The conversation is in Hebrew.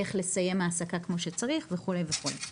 איך לסיים העסקה כמו שצריך וכדומה.